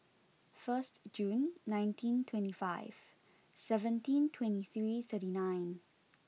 first June nineteen twenty five seventeen twenty three thirty nine